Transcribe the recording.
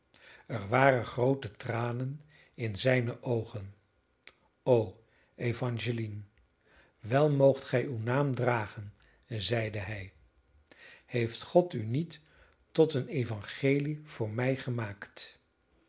er waren groote tranen in zijne oogen o evangeline wel moogt gij uw naam dragen zeide hij heeft god u niet tot een evangelie voor mij gemaakt